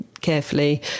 carefully